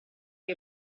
che